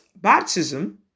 baptism